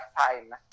time